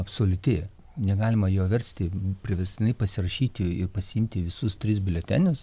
absoliuti negalima jo versti priverstinai pasirašyti ir pasiimti visus tris biuletenius